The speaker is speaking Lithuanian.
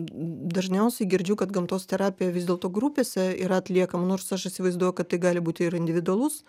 dažniausiai girdžiu kad gamtos terapija dėl to grupėse yra atliekama nors aš įsivaizduoju kad tai gali būti ir individualus